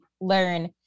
learn